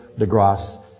deGrasse